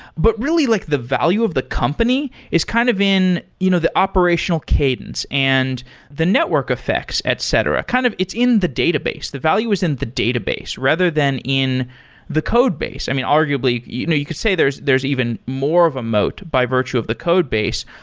but, really, like the value of the company is kind of in you know the operational cadence and the network effects, etc. kind of it's in the database. the value is in the database, rather than in the code base. i mean, arguably, you know you could say there's there's even more of a moat by virtue of the codebase,